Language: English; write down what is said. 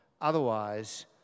otherwise